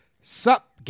Sup